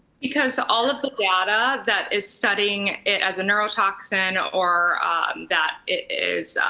because all of the data that is studying as a neurotoxin or that it is,